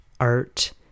art